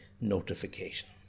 notification